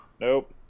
Nope